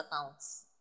accounts